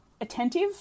attentive